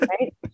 right